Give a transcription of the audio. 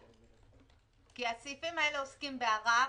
כי הסעיפים האלה עוסקים בערר,